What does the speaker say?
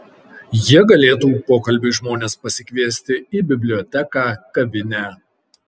jie galėtų pokalbiui žmones pasikviesti į biblioteką kavinę